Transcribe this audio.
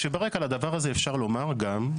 כברקע לדבר הזה אפשר לומר גם,